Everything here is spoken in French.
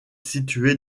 situé